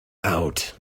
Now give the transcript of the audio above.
out